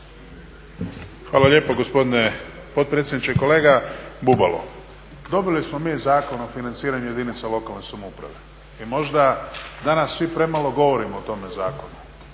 Hvala lijepo gospodine potpredsjedniče. Kolega Bubalo dobili smo mi Zakon o financiranju jedinica lokalne samouprave i možda danas svi premalo govorimo o tome zakonu